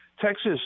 Texas